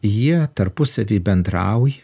jie tarpusavy bendrauja